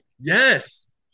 Yes